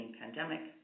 pandemic